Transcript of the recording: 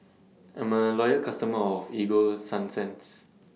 I'm A Loyal customer of Ego Sunsense